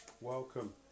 Welcome